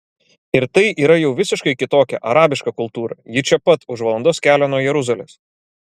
ir tai yra jau visiškai kitokia arabiška kultūra ji čia pat už valandos kelio nuo jeruzalės